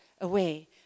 away